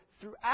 throughout